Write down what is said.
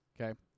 okay